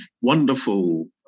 wonderful